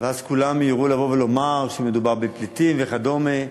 אז כולם מיהרו לבוא ולומר שמדובר בפליטים וכדומה,